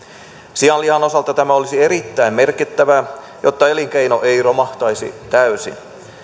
sianlihan osalta tämä olisi erittäin merkittävää jotta elinkeino ei romahtaisi täysin